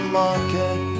market